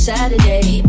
Saturday